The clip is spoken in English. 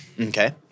Okay